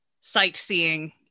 sightseeing